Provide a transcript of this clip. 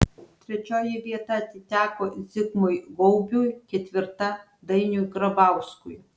trečioji vieta atiteko zigmui gaubiui ketvirta dainiui grabauskui